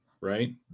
right